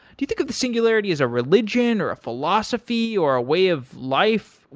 do you think of the singularity as a religion or a philosophy or a way of life?